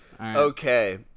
Okay